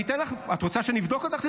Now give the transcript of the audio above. את רוצה שאני אבדוק אותך?